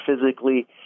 physically